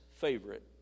favorite